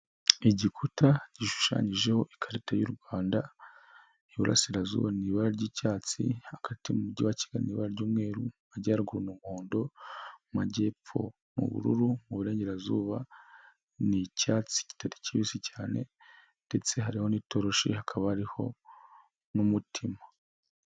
Igikuta gishushanyijeho ikarita y'u Rwanda, Iburasirazuba ni abara ry'icyatsi, hagati mu mujyi wa Kigali ni ibara ry'umweru, mu Majyaruguru umuhondo, mu Majyepfo ubururu, mu Burengerazuba ni icyatsi kitari kibisi cyane ndetse hari n'itoroshi, hakaba hariho n'umutima.